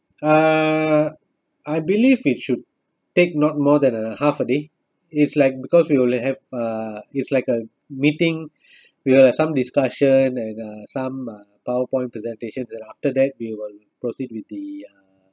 uh I believe it should take not more than a half a day is like because we will have uh it's like a meeting we will have some discussion and uh some uh PowerPoint presentations then after that we will proceed with the